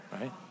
Right